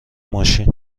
ماشین